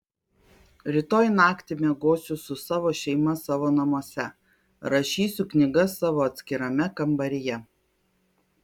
rytoj naktį miegosiu su savo šeima savo namuose rašysiu knygas savo atskirame kambaryje